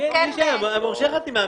מורשה חתימה.